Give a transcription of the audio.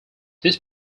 this